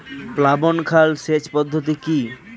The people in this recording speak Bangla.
প্লাবন খাল সেচ পদ্ধতি কি?